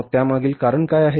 मग त्यामागील कारण काय आहे